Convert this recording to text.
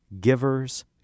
Givers